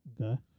Okay